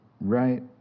right